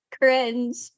cringe